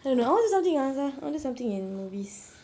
I don't know I want to do something ah sia I want to do something in movies